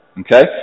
okay